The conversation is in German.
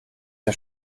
der